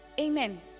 Amen